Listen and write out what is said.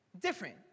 Different